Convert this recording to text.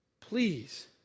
please